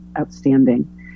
outstanding